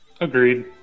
Agreed